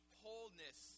wholeness